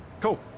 cool